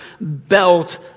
belt